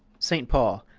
st. paul.